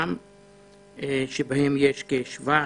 מרשם שבה כ-700